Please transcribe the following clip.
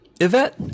Yvette